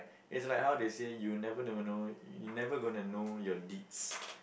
it's like how they say you never know know you never gonna know your deeds